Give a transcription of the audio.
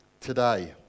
today